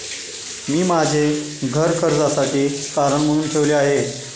मी माझे घर कर्जासाठी तारण म्हणून ठेवले आहे